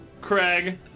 craig